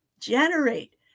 Generate